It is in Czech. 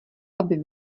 aby